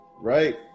right